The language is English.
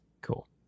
Cool